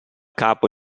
capo